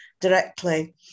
directly